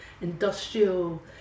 industrial